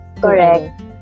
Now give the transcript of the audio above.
correct